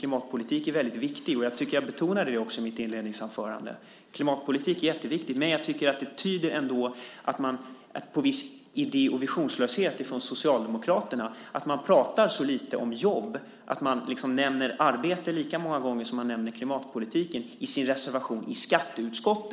Klimatpolitiken är viktig. Jag betonade det i mitt inledningsanförande. Klimatpolitiken är viktig. Men jag tycker att det tyder på viss idé och visionslöshet från Socialdemokraterna att man pratar så lite om jobb, att man nämner arbete lika många gånger som man nämner klimatpolitiken i sin reservation i skatteutskottet.